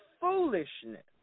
foolishness